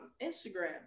Instagram